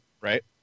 right